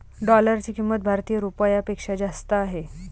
डॉलरची किंमत भारतीय रुपयापेक्षा जास्त आहे